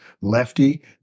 Lefty